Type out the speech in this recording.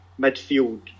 midfield